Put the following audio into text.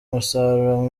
umusaruro